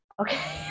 okay